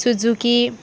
Suzuki